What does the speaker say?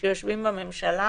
של הממשלה